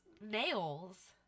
nails